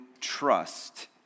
trust